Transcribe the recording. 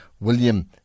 William